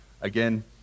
Again